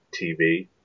TV